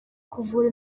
kuvura